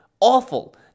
awful